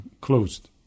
closed